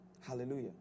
Hallelujah